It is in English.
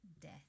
death